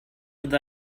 with